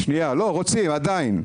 לא, רוצים עדיין.